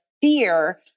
fear